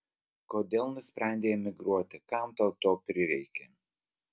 kodėl nusprendei emigruoti kam tau to prireikė